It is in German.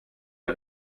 der